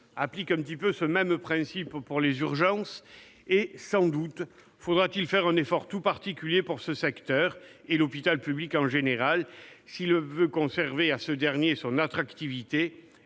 applique peu ou prou le même principe pour les urgences. Sans doute faudra-t-il consentir un effort tout particulier pour ce secteur, et pour l'hôpital public en général, si l'on veut conserver à ce dernier son attractivité,